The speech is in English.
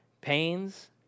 pains